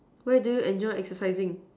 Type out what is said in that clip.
what do you enjoy exercising